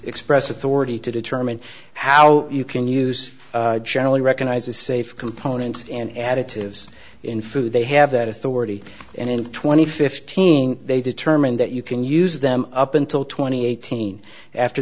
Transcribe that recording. express authority to determine how you can use generally recognized as safe components and additives in food they have that authority and in twenty fifteen they determine that you can use them up until twenty eighteen after